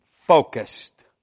focused